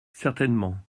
certainement